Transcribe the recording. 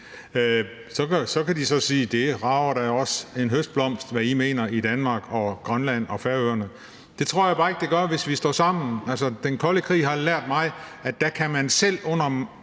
De kan så sige: Det rager da os en høstblomst, hvad I mener i Danmark og Grønland og på Færøerne. Det tror jeg bare ikke det gør, hvis vi står sammen. Altså, den kolde krig har lært mig, at der kan man selv under